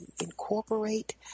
incorporate